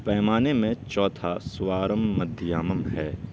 پیمانے میں چوتھا سوارم مدھیامم ہے